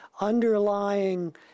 underlying